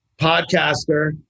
podcaster